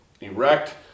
erect